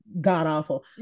god-awful